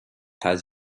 has